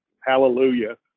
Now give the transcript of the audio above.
hallelujah